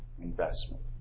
investment